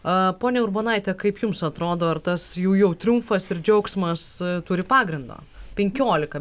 a ponia urbonaite kaip jums atrodo ar tas jų jau triumfas ir džiaugsmas turi pagrindo penkiolika